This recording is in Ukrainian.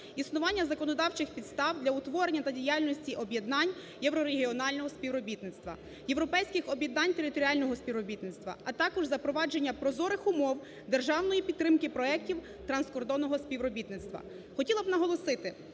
існування законодавчих підстав для утворення та діяльності об'єднань євро-регіонального співробітництва, європейських об'єднань територіального співробітництва, а також запровадження прозорих умов, державної підтримки проектів транскордонного співробітництва. Хотіла б наголосити,